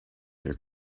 their